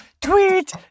Tweet